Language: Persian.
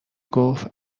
گفت